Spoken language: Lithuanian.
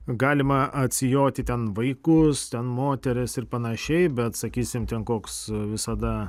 galima atsijoti ten vaikus ten moteris ir panašiai bet sakysime ten koks visada